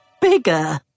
bigger